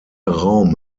raum